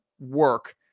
work